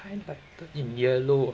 highlighted in yellow ah